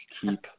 keep